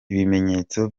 ibimenyetso